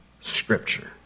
scripture